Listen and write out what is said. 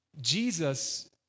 Jesus